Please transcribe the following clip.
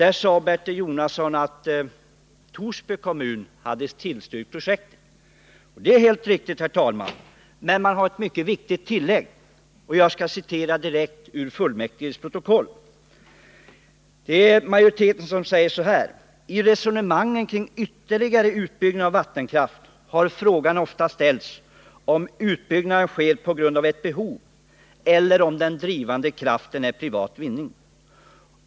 Där sade Bertil Jonasson att Torsby kommun har tillstyrkt projektet. Det är helt riktigt, herr talman, men man har gjort ett mycket viktigt tillägg. Jag skall citera direkt ur fullmäktiges protokoll, där majoriteten bl.a. anför att ”i resonemangen kring eventuellt ytterligare utbyggnad av vattenkraft har frågan ofta ställts om utbyggnaden sker på grund av ett behov eller om den drivande kraften är privat vinning.